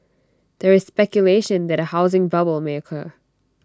there is speculation that A housing bubble may occur